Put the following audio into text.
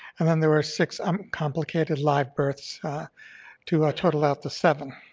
and then there were six uncomplicated live births to total out the seven.